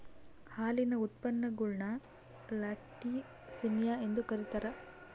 ಹಾಲಿನ ಉತ್ಪನ್ನಗುಳ್ನ ಲ್ಯಾಕ್ಟಿಸಿನಿಯ ಎಂದು ಕರೀತಾರ